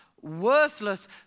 worthless